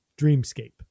dreamscape